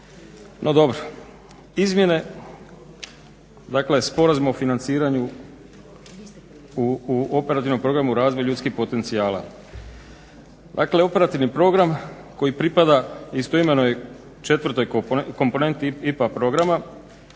no dobro. Izmjene, dakle Sporazum o financiranju u Operativnom programu Razvoj ljudskih potencijala, dakle operativni program koji pripada istoimenoj četvrtoj komponenti IPA programa